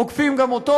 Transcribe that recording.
עוקפים גם אותו.